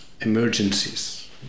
emergencies